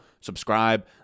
subscribe